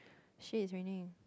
shit it's raining